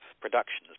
Productions